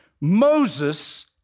Moses